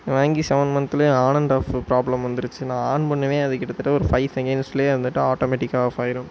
வாங்கி செவன் மந்த்துலேயே on and off problem வந்துடுச்சி நான் ஆன் பண்ணுவேன் அது கிட்டத்தட்ட ஒரு ஃபைவ் செகண்ட்ஸ்லேயே வந்துவிட்டு ஆட்டோமேட்டிக்காக ஆஃப் ஆகிரும்